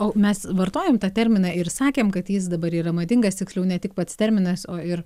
o mes vartojom tą terminą ir sakėm kad jis dabar yra madingas tiksliau ne tik pats terminas o ir